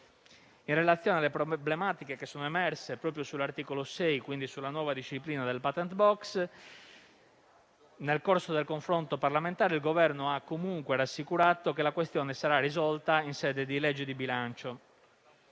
In relazione alle problematiche che sono emerse proprio sull'articolo 6 e, quindi sulla nuova disciplina del *patent* *box*, nel corso del confronto parlamentare, il Governo ha comunque rassicurato che la questione sarà risolta in sede di legge di bilancio.